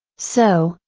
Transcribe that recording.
so,